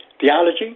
theology